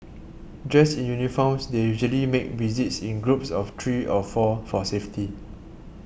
dressed in uniforms they usually make visits in groups of three of four for safety